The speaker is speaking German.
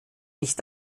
nicht